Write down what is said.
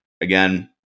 again